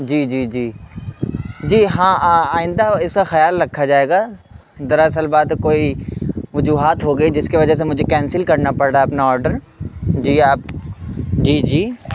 جی جی جی جی ہاں آئندہ اس کا خیال رکھا جائے گا دراصل بات ہے کوئی وجوہات ہو گئی جس کی وجہ سے مجھے کینسل کرنا پڑ رہا ہے اپنا آڈر جی آپ جی جی